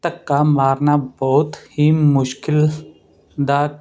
ਧੱਕਾ ਮਾਰਨਾ ਬਹੁਤ ਹੀ ਮੁਸ਼ਕਿਲ ਦਾ